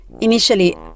Initially